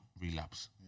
relapse